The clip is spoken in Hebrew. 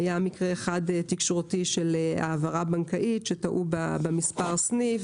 היה מקרה אחד תקשורתי של העברה בנקאית שטעו במספר הסניף